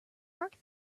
mark